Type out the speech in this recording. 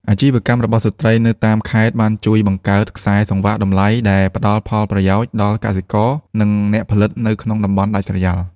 អាជីវកម្មរបស់ស្ត្រីនៅតាមខេត្តបានជួយបង្កើតខ្សែសង្វាក់តម្លៃដែលផ្ដល់ផលប្រយោជន៍ដល់កសិករ និងអ្នកផលិតនៅក្នុងតំបន់ដាច់ស្រយាល។